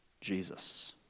Jesus